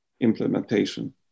implementation